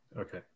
Okay